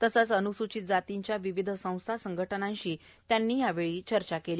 तसेच अन्सूचित जातिच्या विविध संस्था संघटनांशी त्यांनी यावेळी चर्चा केली